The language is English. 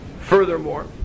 Furthermore